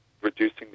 reducing